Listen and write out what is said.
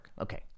Okay